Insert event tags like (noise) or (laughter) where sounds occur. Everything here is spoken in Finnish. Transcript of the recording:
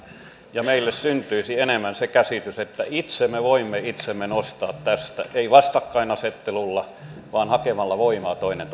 ja joilla meille syntyisi enemmän se käsitys että itse me voimme itsemme nostaa tästä emme vastakkainasettelulla vaan hakemalla voimaa toinen (unintelligible)